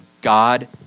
God